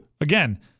Again